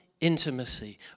Intimacy